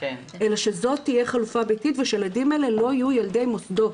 אלא שזו תהיה חלופה ביתית ושהילדים האלה לא יהיו ילדי מוסדות.